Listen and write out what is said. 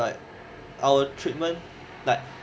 like our treatment like